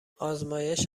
آزمایش